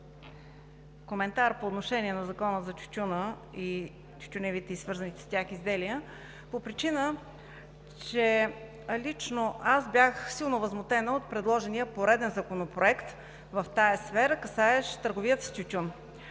коментар по отношение на Закона за тютюна, тютюневите и свързаните с тях изделия по причина, че лично аз бях силно възмутена от предложения пореден законопроект в сферата, касаещ търговията с тютюн.